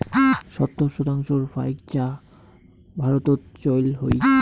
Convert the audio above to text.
সত্তর শতাংশর ফাইক চা ভারতত চইল হই